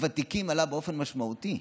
הוותיקים עלה באופן משמעותי,